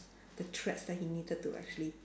the threats that he needed to actually